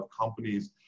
companies